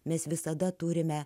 mes visada turime